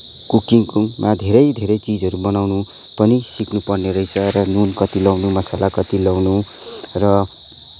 कुकिङकोमा धेरै धेरै चिजहरू बनाउँन पनि सिक्नपर्ने रहेछ र नुन कति लगाउनु मसला कति लगाउनु र